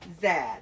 Zad